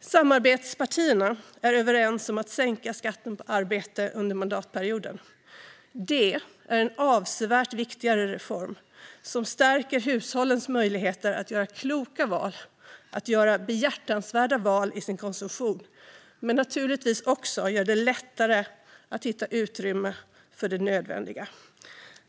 Samarbetspartierna är överens om att sänka skatten på arbete under mandatperioden. Det är en avsevärt viktigare reform som stärker hushållens möjligheter att göra kloka val, behjärtansvärda val i sin konsumtion, och som naturligtvis även gör det lättare hitta utrymme för det nödvändiga.